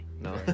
No